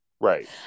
right